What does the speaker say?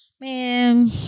man